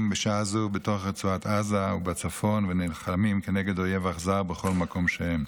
בשעה זו בתוך רצועת עזה ובצפון ונלחמים כנגד אויב אכזר בכל מקום שהם.